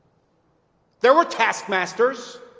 there were taskmasters